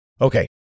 Okay